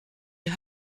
est